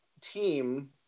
team